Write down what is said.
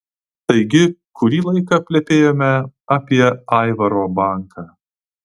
taigi kurį laiką plepėjome apie aivaro banką